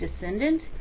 descendant